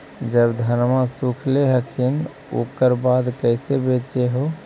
जब धनमा सुख ले हखिन उकर बाद कैसे बेच हो?